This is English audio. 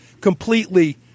completely